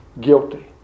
Guilty